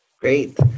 Great